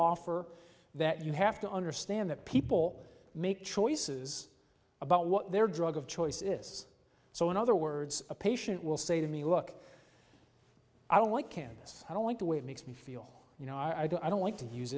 offer that you have to understand that people make choices about what their drug of choice is so in other words a patient will say to me look i don't like candace i don't like the way it makes me feel you know i don't i don't like to use